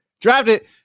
Drafted